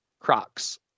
crocs